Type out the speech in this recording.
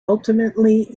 ultimately